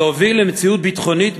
להוביל למציאות ביטחונית,